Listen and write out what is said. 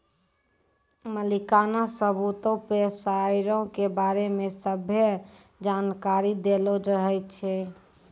मलिकाना सबूतो पे शेयरो के बारै मे सभ्भे जानकारी दैलो रहै छै